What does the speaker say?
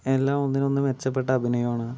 എല്ലാം ഒന്നിനൊന്നു മെച്ചപ്പെട്ട അഭിനയമാണ്